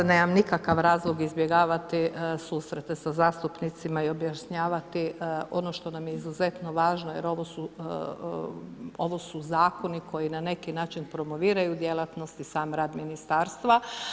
Nemam nikakav razlog izbjegavati susrete sa zastupnicima i objašnjavati ono što nam je izuzetno važno jer ovo su zakoni na neki način promoviraju djelatnosti sam rad ministarstva.